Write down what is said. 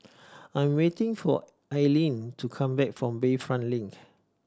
I'm waiting for Aileen to come back from Bayfront Link